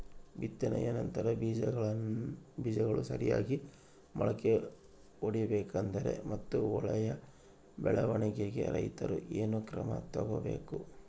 ಬಿತ್ತನೆಯ ನಂತರ ಬೇಜಗಳು ಸರಿಯಾಗಿ ಮೊಳಕೆ ಒಡಿಬೇಕಾದರೆ ಮತ್ತು ಒಳ್ಳೆಯ ಬೆಳವಣಿಗೆಗೆ ರೈತರು ಏನೇನು ಕ್ರಮ ತಗೋಬೇಕು?